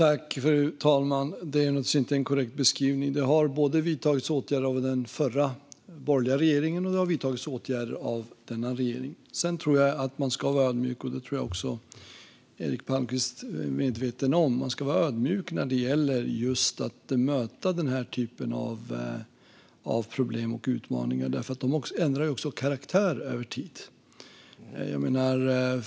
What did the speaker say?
Fru talman! Det är naturligtvis inte en korrekt beskrivning. Det har vidtagits åtgärder av den förra borgerliga regeringen, och det har vidtagits åtgärder av denna regering. Sedan tror jag att man ska vara ödmjuk - det tror jag att också Eric Palmqvist är medveten om - när det gäller att möta denna typ av problem och utmaningar, för de ändrar karaktär över tid.